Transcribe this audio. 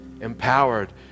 empowered